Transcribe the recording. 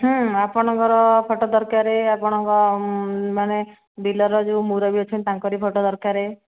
ଆପଣଙ୍କର ଫୋଟୋ ଦରକାର ଆପଣଙ୍କ ମାନେ ବିଲରେ ଯୋଉ ମୁରବି ଅଛନ୍ତି ତାଙ୍କର ବି ଫୋଟୋ ଦରକାରେ